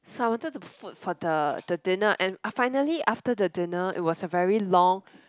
so I wanted to foot for the the dinner and finally after the dinner it was a very long